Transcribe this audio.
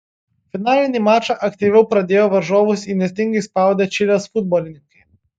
finalinį mačą aktyviau pradėjo varžovus įnirtingai spaudę čilės futbolininkai